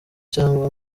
cyangwa